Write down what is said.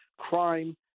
Crime